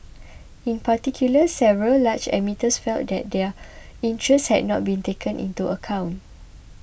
in particular several large emitters felt that their interests had not been taken into account